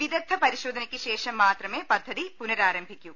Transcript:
വിദഗ്ധ പരിശോധക്കു ശേഷം മാത്രമെ പദ്ധതി പുനരാരാംഭിക്കൂ